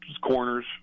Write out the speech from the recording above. corners